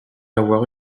avoir